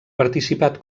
participat